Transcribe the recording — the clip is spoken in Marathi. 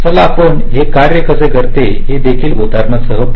चला आपण हे कार्य करण्यासाठी देखील तेच उदाहरण घेऊ